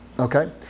Okay